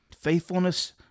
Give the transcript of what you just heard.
faithfulness